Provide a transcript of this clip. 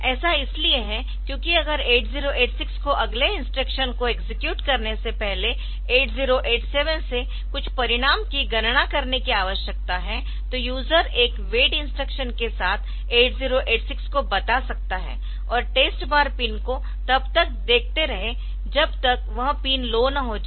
ऐसा इसलिए है क्योंकि अगर 8086 को अगले इंस्ट्रक्शन को एक्सेक्यूट करने से पहले 8087 से कुछ परिणाम की गणना करने की आवश्यकता है तो यूजर एक वेट इंस्ट्रक्शन के साथ 8086 को बता सकता है और टेस्ट बार पिन को तब तक देखते रहे जब तक वह पिन लो न हो जाए